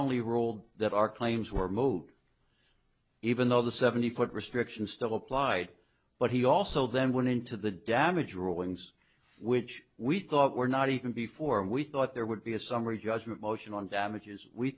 only ruled that our claims were mowed even though the seventy put restrictions still applied but he also then went into the damage rulings which we thought were not even before and we thought there would be a summary judgment motion on damages we